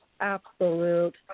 absolute